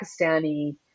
Pakistani